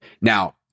Now